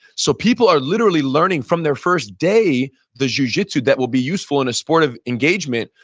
so people are literally learning from their first day the jujitsu that will be useful in a sport of engagement,